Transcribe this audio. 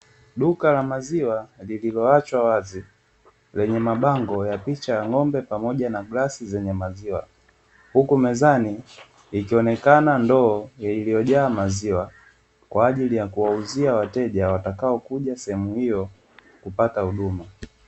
Duka la maziwa lililoachwa wazi, lenye mabango ya picha ya ng'ombe, pamoja na glasi zenye maziwa. Huku mezani ikionekana ndoo iliyojaa maziwa kwa ajili ya kuwauzia wateja watakaokuja sehemu hiyo kupata huduma.